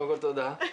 קודם כל, תודה.